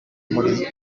muri